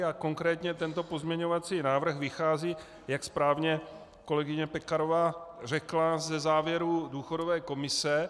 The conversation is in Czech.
A konkrétně tento pozměňovací návrh vychází, jak správně kolegyně Pekarová řekla, ze závěrů důchodové komise.